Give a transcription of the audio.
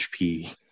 HP